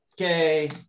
Okay